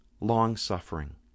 long-suffering